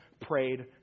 prayed